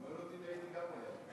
אם היו נותנים לי הייתי גם כן עולה.